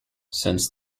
since